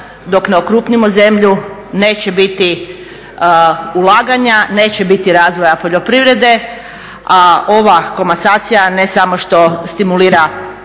dok ne okrupnimo zemlju neće biti ulaganja, neće biti razvoja poljoprivrede a ova komasacija ne samo što stimulira